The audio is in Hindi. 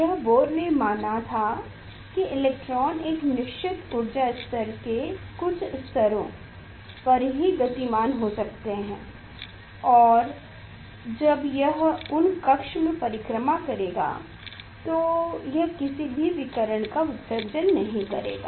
यह बोह्रर ने माना था कि इलेक्ट्रॉन एक निश्चित ऊर्जा स्तर के कुछ स्तरों पर ही गतिमान हो सकते हैं और जब यह उन कक्ष में परिक्रमा करेगा तो यह किसी भी विकिरण का उत्सर्जन नहीं करेगा